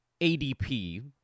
ADP